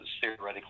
theoretically